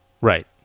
Right